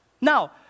Now